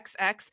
XX